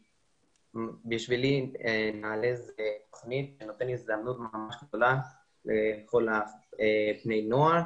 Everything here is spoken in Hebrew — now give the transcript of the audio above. בשבילי נעל"ה זו תוכנית שנותנת הזדמנות גדולה לכל בני הנוער